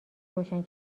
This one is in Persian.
روشن